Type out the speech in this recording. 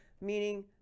meaning